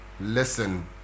Listen